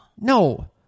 No